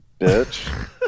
bitch